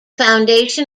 foundation